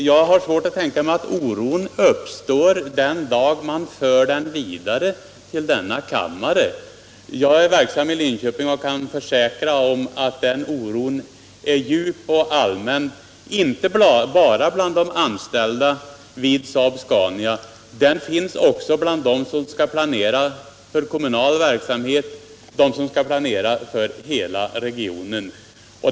Jag har svårt att tänka mig att oron uppstår den dag man för den vidare till denna kammare. Jag är verksam i Linköping och kan försäkra att det finns en djup och allmän oro inte bara bland de anställda vid SAAB-SCANIA, utan också hos dem som skall planera för kommunal verksamhet och hos dem som skall planera för hela regionen.